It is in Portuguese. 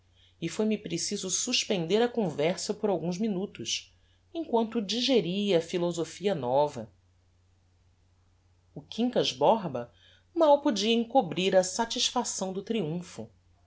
e foi-me preciso suspender a conversa por alguns minutos em quanto digeria a philosophia nova o quincas borba mal podia encobrir a satisfação do triumpho